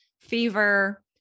Fever